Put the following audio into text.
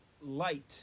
light